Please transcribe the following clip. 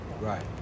Right